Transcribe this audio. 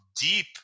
deep